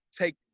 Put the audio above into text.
take